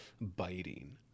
biting